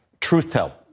truth-tell